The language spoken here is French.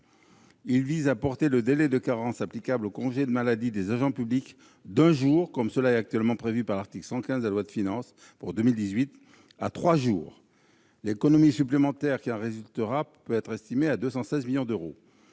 vise à porter le délai de carence applicable aux congés de maladie des agents publics d'un jour- comme actuellement prévu par l'article 115 de la loi de finances pour 2018 -à trois jours. L'économie supplémentaire qui en résultera peut être estimée à 216 millions d'euros.